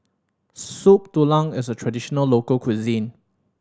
Soup Tulang is a traditional local cuisine